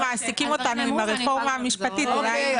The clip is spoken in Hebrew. מעסיקים אותנו עם הרפורמה המשפטית אולי היינו --- אוקיי,